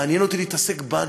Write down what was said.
מעניין אותי להתעסק בנו,